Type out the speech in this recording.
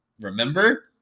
remember